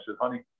honey